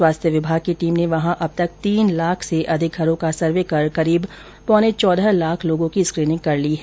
स्वास्थ्य विभाग की टीम ने वहां अब तक तीन लाख से अधिक घरों का सर्वे कर करीब पौने चौदह लाख लोगों की स्कीनिंग कर ली है